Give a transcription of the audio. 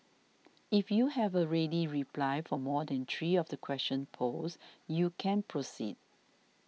if you have a ready reply for more than three of the questions posed you can proceed